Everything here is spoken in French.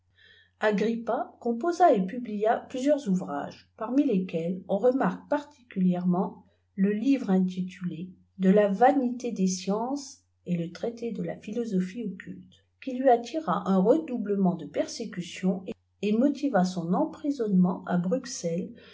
agrippa composa et publia plusieurs ouvrages parjni lesquels on remarque particulièrement le livre intitulé de la vanilé des sciences et le trailéde la philosophie occti qui lui attira un redoublement de persécution et motiva son emprisonnement àbruxél